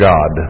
God